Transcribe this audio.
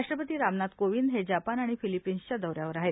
राष्ट्रपती रामनाथ कोविंद हे जपान आणि फिलिपीन्सच्या दौऱ्यावर आहेत